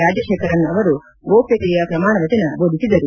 ರಾಜಶೇಖರನ್ ಅವರು ಗೋಪ್ಲತೆಯ ಪ್ರಮಾಣ ವಚನ ಬೋಧಿಸಿದರು